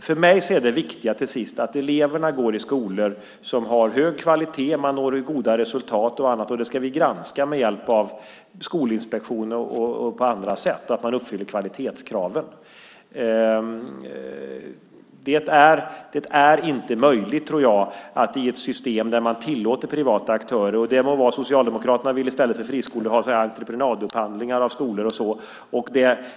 För mig är det viktiga att eleverna går i skolor som håller hög kvalitet, att man når goda resultat och annat, och att man uppfyller kvalitetskraven ska vi granska med hjälp av skolinspektioner och på andra sätt. Socialdemokraterna vill i stället för friskolor ha entreprenadupphandlingar av skolor och så.